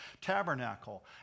tabernacle